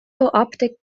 optic